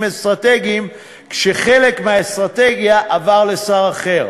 אסטרטגיים כשחלק מהאסטרטגיה עבר לשר אחר.